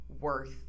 worth